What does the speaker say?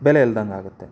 ಬೆಲೆ ಇಲ್ದಂಗೆ ಆಗುತ್ತೆ